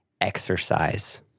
exercise